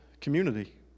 community